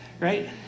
right